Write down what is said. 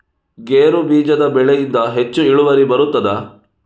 ಗೇರು ಬೀಜದ ಬೆಳೆಯಿಂದ ಹೆಚ್ಚು ಇಳುವರಿ ಬರುತ್ತದಾ?